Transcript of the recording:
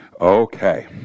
Okay